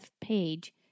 page